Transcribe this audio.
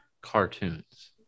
cartoons